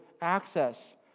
access